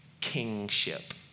kingship